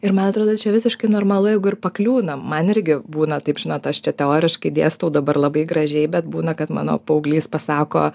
ir man atrodo čia visiškai normalu jeigu ir pakliūnam man irgi būna taip žinot aš čia teoriškai dėstau dabar labai gražiai bet būna kad mano paauglys pasako